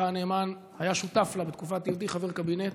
הנאמן היה שותף לה בתקופת היותי חבר קבינט,